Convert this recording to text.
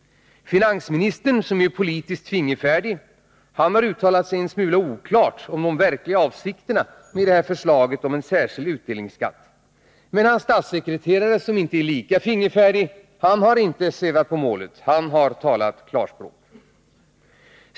Finansministern, som är politiskt fingerfärdig, har uttalat sig en smula oklart om de verkliga avsikterna med förslaget om en särskild utdelningsskatt, men hans statssekreterare — som inte är lika fingerfärdig — har inte svävat på målet utan har talat klarspråk.